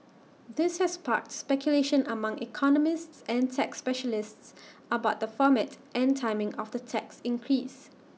this has sparked speculation among economists and tax specialists about the format and timing of the tax increase